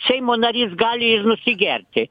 seimo narys gali ir nusigerti